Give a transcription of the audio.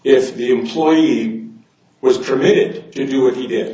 if the employee was permitted to do what he did